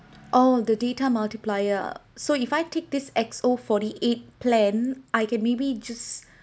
oh the data multiplier so if I take this X_O forty-eight plan I can maybe just